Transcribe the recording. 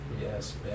Yes